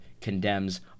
condemns